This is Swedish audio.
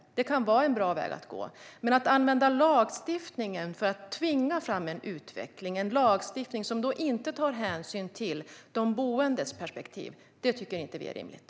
Det kan vara en bra väg att gå. Men att använda lagstiftning för att tvinga fram en utveckling - en lagstiftning som inte tar hänsyn till de boendes perspektiv - tycker vi inte är rimligt.